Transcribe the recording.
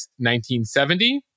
1970